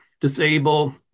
disable